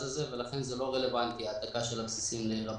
הזה ולכן העתקת הבסיסים היא לא רלוונטית.